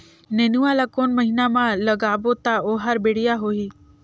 नेनुआ ला कोन महीना मा लगाबो ता ओहार बेडिया होही?